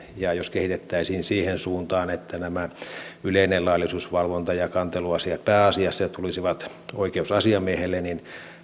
ja jos kehitettäisiin siihen suuntaan että yleinen laillisuusvalvonta ja kanteluasiat pääasiassa tulisivat oikeusasiamiehelle niin